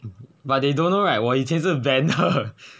but they don't know right 我以前是